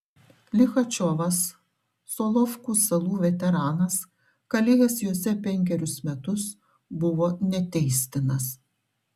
lichačiovas solovkų salų veteranas kalėjęs jose penkerius metus buvo neteistinas